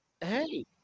hey